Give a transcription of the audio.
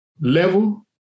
level